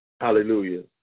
Hallelujah